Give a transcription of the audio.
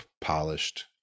polished